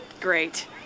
great